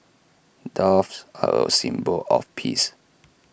doves are A symbol of peace